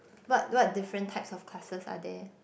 what what different types of classes are there